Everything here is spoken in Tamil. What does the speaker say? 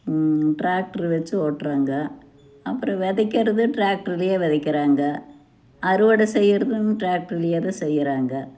டிராக்ரு வச்சு ஓட்டுறாங்க அப்புறம் விதைக்கிறது டிராக்ட்ருலேயே விதைக்கிறாங்க அறுவடை செய்கிறதும் டிராக்ருலேயே தான் செய்கிறாங்க